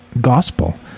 gospel